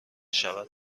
شود